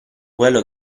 quello